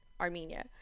Armenia